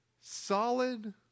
Solid